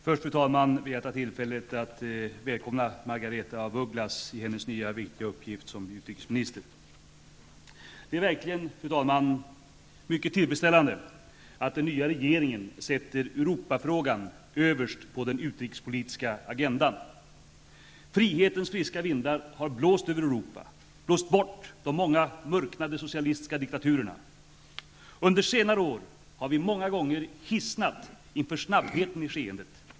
Fru talman! Jag vill först ta tillfället i akt att välkomna Margaretha af Ugglas i hennes nya viktiga uppgift som utrikesminister. Fru talman! Det är verkligen mycket tillfredsställande att den nya regeringen sätter Europafrågan överst på den utrikespolitiska agendan. Frihetens friska vindar har blåst över Europa -- blåst bort de många mörknande socialistiska diktaturerna. Under senare år har vi många gånger hissnat inför snabbheten i skeendet.